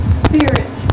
spirit